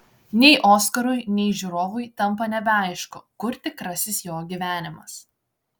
nei oskarui nei žiūrovui tampa nebeaišku kur tikrasis jo gyvenimas